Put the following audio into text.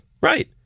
Right